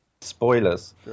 spoilers